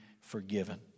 forgiven